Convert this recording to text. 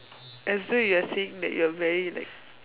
as though you are saying that you are very like